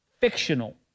fictional